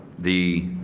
the